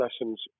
lessons